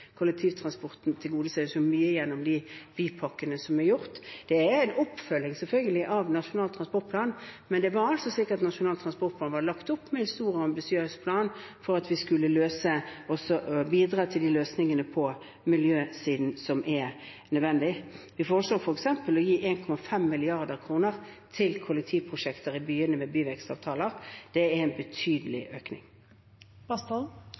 Kollektivtransporten tilgodeses mye gjennom de bypakkene som er inngått. Det er selvfølgelig en oppfølging av Nasjonal transportplan, men Nasjonal transportplan var lagt opp med en stor og ambisiøs plan for at vi skulle bidra til de løsningene på miljøsiden som er nødvendig. Vi foreslår f.eks. å gi 1,5 mrd. kr til kollektivprosjekter i byer med byvekstavtaler. Det er en